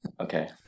Okay